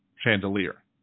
chandelier